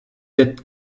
êtes